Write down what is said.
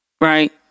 right